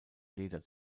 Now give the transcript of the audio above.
leder